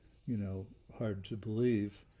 you know, hard to believe.